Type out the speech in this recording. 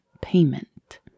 payment